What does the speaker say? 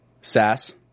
Sass